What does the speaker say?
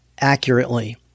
accurately